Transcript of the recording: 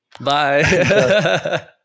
Bye